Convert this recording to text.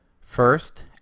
First